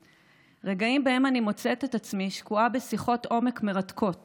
רגעים שבהם אני מוצאת את עצמי שקועה בשיחות עומק מרתקות